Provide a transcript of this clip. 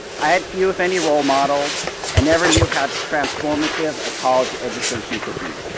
i had few, if any, role models and never knew how transformative a college education could be.